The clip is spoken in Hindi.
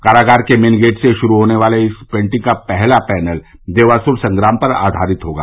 कारागार के मेन गेट से शुरू होने वाली इस पेन्टिंग का पहला पैनल देवासुर संग्राम पर आधारित होगा